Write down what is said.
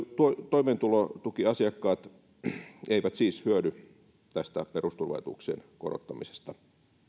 toimeentulotukiasiakkaat eivät siis hyödy tästä perusturvaetuuksien korottamisesta